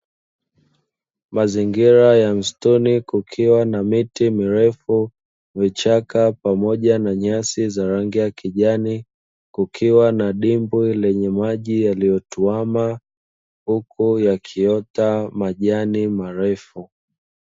Mazingira ya msituni, kukiwa na miti mirefu vichaka pamoja na nyasi za rangi ya kijani kukiwa na dimbwi lenye maji yaliyotuama huku yakiota majani marefu.